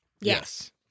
Yes